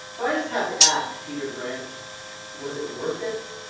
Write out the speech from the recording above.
but i just have to ask, peter grant was it worth it?